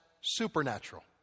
supernatural